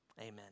Amen